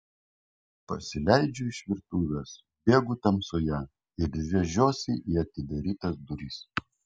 pasileidžiu iš virtuvės bėgu tamsoje ir rėžiuosi į atidarytas duris